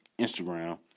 Instagram